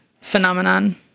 phenomenon